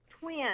twin